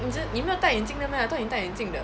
你这你没有戴眼镜的 meh I thought 你戴眼镜的